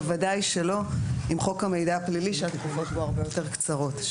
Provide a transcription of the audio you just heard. בוודאי שלא עם חוק המידע הפלילי שהתקופות בו הרבה יותר קצרות.